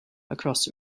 across